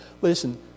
Listen